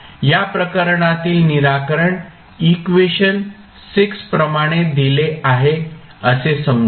या प्रकरणातील निराकरण इक्वेशन प्रमाणे दिले आहे असे समजू